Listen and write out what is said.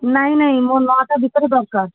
ନାଇଁ ନାଇଁ ମୋର ନଅଟା ଭିତରେ ଦରକାର